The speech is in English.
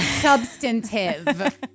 Substantive